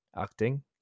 acting